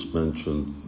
mentioned